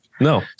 No